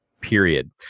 Period